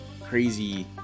crazy